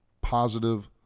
positive